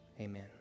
Amen